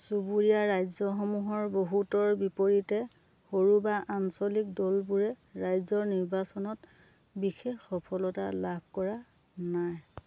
চুবুৰীয়া ৰাজ্যসমূহৰ বহুতৰ বিপৰীতে সৰু বা আঞ্চলিক দলবোৰে ৰাজ্যৰ নিৰ্বাচনত বিশেষ সফলতা লাভ কৰা নাই